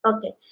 Okay